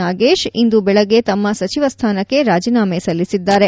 ನಾಗೇಶ್ ಇಂದು ಬೆಳಿಗ್ಗೆ ತಮ್ಮ ಸಚಿವ ಸ್ದಾನಕ್ಕೆ ರಾಜಿನಾಮೆ ಸಲ್ಲಿಸಿದ್ದಾರೆ